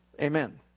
Amen